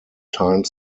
time